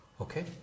Okay